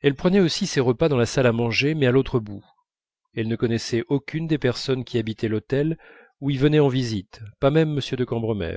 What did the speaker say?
elle prenait aussi ses repas dans la salle à manger mais à l'autre bout elle ne connaissait aucune des personnes qui habitaient l'hôtel ou y venaient en visite pas même m de cambremer